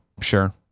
Sure